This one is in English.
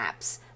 apps